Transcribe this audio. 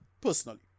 personally